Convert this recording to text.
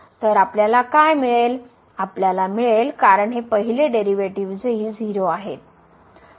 तर आपल्याला काय मिळेल आपल्याला मिळेल कारण हे पहिले डेरिव्हेटिव्ह्जही 0 आहेत